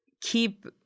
keep